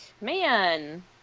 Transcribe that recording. man